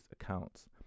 accounts